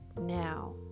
now